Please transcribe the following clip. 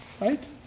right